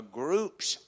group's